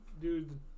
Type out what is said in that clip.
dude